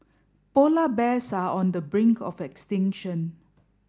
polar bears are on the brink of extinction